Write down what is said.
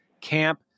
camp